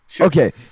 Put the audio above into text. Okay